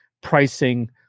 pricing